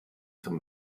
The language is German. zum